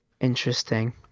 interesting